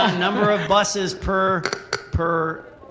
ah number of buses per per